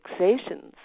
fixations